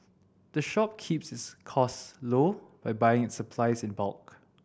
the shop keeps its costs low by buying its supplies in bulk